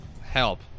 Help